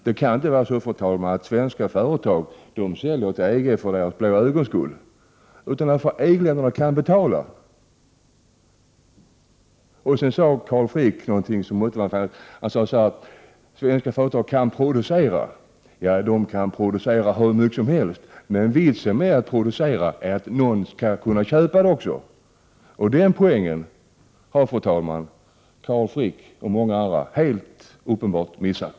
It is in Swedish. Det kan inte vara så, fru talman, att svenska företag säljer till EG-länderna för deras blåa ögons skull, utan för vad EG-länderna kan betala. Sedan sade Carl Frick någonting om svenska företags förmåga att producera. De kan producera hur mycket som helst, men vitsen med att producera också är att någon skall köpa produkterna. Den poängen har, fru talman, Carl Frick och många andra helt uppenbart missat.